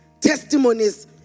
testimonies